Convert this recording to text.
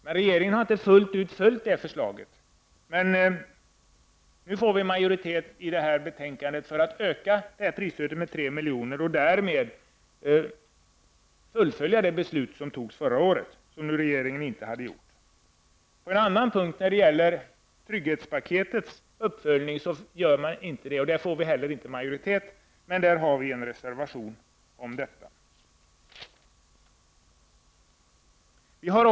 Men regeringen har inte fullt ut följt det förslaget. Nu har vi fått en majoritet för att öka det stödet med När det gäller frågan om trygghetspaketets uppföljning har vi däremot inte fått majoritet i utskottet, och därför har vi reserverat oss på den punkten.